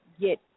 get